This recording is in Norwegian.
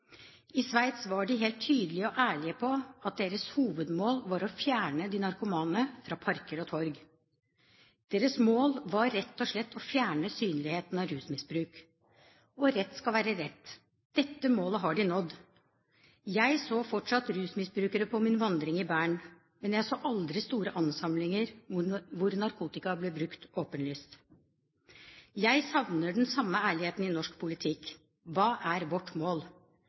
I Sveits var de helt tydelige og ærlige på at deres hovedmål var å fjerne de narkomane fra parker og torg. Deres mål var rett og slett å fjerne synligheten av rusmisbruk. Og rett skal være rett – dette målet har de nådd. Jeg så fortsatt rusmisbrukere på min vandring i Bern, men jeg så aldri store ansamlinger hvor narkotika ble brukt åpenlyst. Jeg savner den samme ærligheten i norsk politikk. Hva er vårt mål?